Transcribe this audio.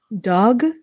Dog